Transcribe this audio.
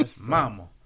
mama